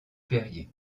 périer